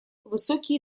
высокие